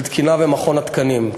של תקינה ומכון התקנים.